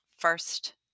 first